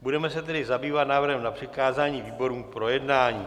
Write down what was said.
Budeme se tedy zabývat návrhem na přikázání výborům k projednání.